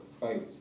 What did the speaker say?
fight